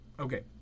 Okay